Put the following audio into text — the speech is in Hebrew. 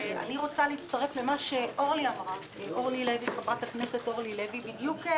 אני רוצה להצטרף למה שחברת הכנסת אורלי לוי בדיוק דיברה,